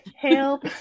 help